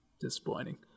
disappointing